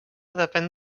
depèn